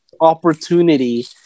opportunity